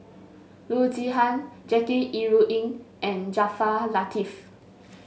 Loo Zihan Jackie Yi Ru Ying and Jaafar Latiff